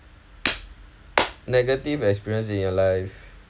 negative experience in your life